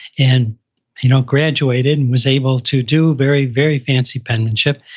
and you know, graduated. and was able to do very, very fancy penmanship.